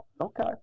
okay